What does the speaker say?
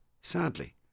Sadly